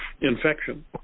infection